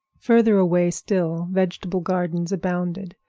further away still, vegetable gardens abounded,